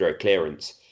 clearance